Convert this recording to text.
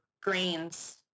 grains